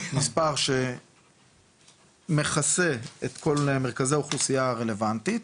מספר שמכסה את כל מרכזי האוכלוסייה הרלוונטית.